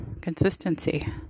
Consistency